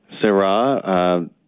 Sarah